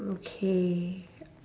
okay